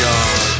God